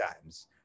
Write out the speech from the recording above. times